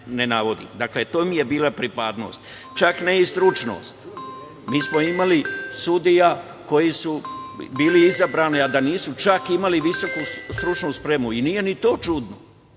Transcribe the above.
Dakle, to im je bila pripadnost, čak ne i stručnost. Mi smo imali sudije koje su bile izabrane, a da nisu čak imali visoku stručnu spremu. I nije ni to čudno,